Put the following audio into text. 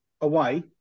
away